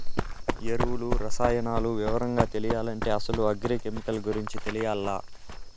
ఎరువులు, రసాయనాలు వివరంగా తెలియాలంటే అసలు అగ్రి కెమికల్ గురించి తెలియాల్ల